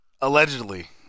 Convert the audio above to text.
Allegedly